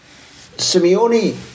Simeone